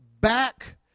back